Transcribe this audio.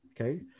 Okay